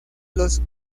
los